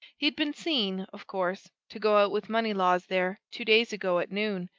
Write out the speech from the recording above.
he'd been seen, of course, to go out with moneylaws there, two days ago, at noon.